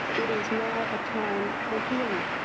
it is now a time for healing.